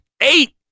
Eight